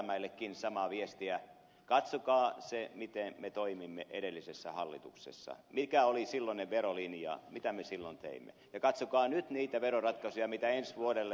rajamäellekin samaa viestiä katsokaa miten me toimimme edellisessä hallituksessa mikä oli silloinen verolinja mitä me silloin teimme ja katsokaa nyt niitä veroratkaisuja mitä ensi vuodelle on tehty